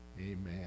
Amen